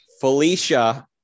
Felicia